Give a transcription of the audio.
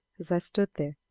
as i stood there,